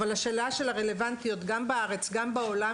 אבל השאלה של הרלוונטיות גם בארץ וגם בעולם,